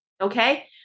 Okay